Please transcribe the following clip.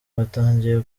batangiye